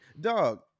Dog